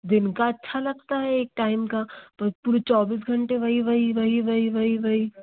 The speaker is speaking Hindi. दिन का अच्छा लगता है एक टाइम का पूरे चौबीस घंटे वही वही वही वही वही वही